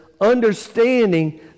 understanding